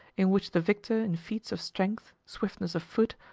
in which the victor in feats of strength, swiftness of foot,